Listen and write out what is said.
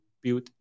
build